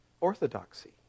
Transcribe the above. orthodoxy